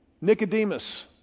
Nicodemus